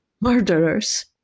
murderers